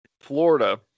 Florida